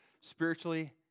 Spiritually